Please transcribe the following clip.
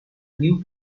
new